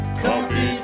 coffee